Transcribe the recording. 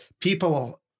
people